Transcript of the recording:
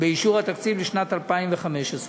באישור התקציב לשנת 2015,